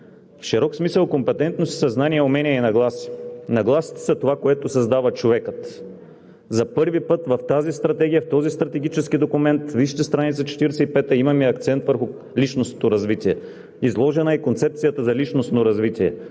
В широк смисъл компетентностите са знания, умения и нагласи. Нагласите са това, което създава човекът. За първи път в тази стратегия, в този стратегически документ, вижте страница 45, имаме акцент върху личностното развитие. Изложена е и концепцията за личностно развитие.